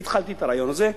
אני התחלתי את הרעיון הזה.